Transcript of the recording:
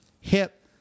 hip